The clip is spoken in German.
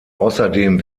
außerdem